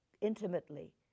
intimately